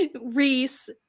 Reese